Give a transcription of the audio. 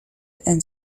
and